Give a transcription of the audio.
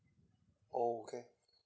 oh okay